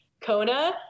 Kona